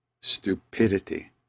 stupidity